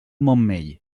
montmell